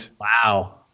Wow